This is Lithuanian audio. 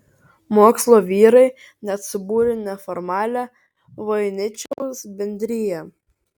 mokslo vyrai net subūrė neformalią voiničiaus bendriją